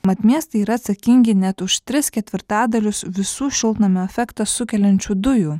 mat miestai yra atsakingi net už tris ketvirtadalius visų šiltnamio efektą sukeliančių dujų